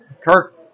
Kirk